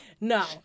No